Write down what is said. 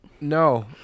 No